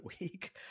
week